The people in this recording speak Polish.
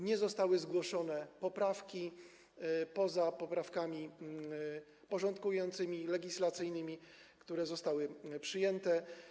Nie zostały zgłoszone poprawki poza poprawkami porządkującymi, legislacyjnymi, które zostały przyjęte.